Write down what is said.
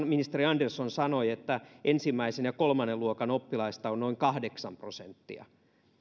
ministeri andersson sanoi että koulussa ensimmäisen viiva kolmannen luokan oppilaista on noin kahdeksan prosenttia